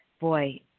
Boy